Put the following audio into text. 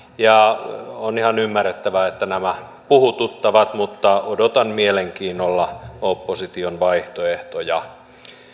on ihan ymmärrettävää että nämä puhututtavat mutta odotan mielenkiinnolla opposition vaihtoehtoja